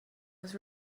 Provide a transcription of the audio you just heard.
was